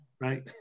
right